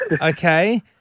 Okay